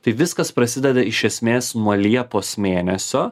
tai viskas prasideda iš esmės nuo liepos mėnesio